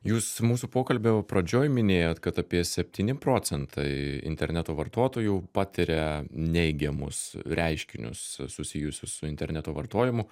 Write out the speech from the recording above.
jūs mūsų pokalbio pradžioj minėjot kad apie septyni procentai interneto vartotojų patiria neigiamus reiškinius susijusius su interneto vartojimu